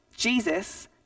Jesus